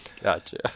Gotcha